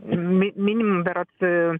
mi minimum berods